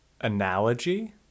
analogy